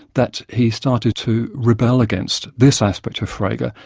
that he started to rebel against this aspect of frege, yeah